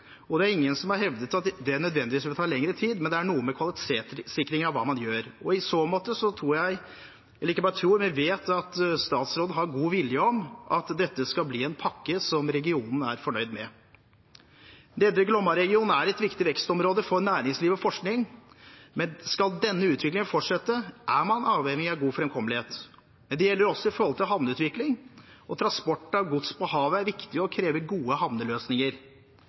og det er ingen som har hevdet at det nødvendigvis vil ta lengre tid, men det er noe med kvalitetssikringen av hva man gjør. I så måte vet jeg at statsråden har god vilje med hensyn til at dette skal bli en pakke som regionen er fornøyd med. Nedre Glomma-regionen er et viktig vekstområde for næringsliv og forskning, men skal denne utviklingen fortsette, er man avhengig av god framkommelighet. Det gjelder også i forhold til havneutvikling. Transport av gods på havet er viktig og krever gode havneløsninger.